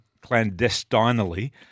clandestinely